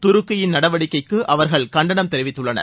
துருக்கியின் நடவடிக்கைக்கு அவர்கள் கண்டனம் தெரிவித்துள்ளனர்